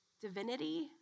Divinity